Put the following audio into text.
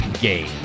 game